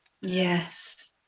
Yes